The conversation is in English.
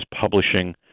publishing